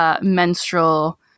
menstrual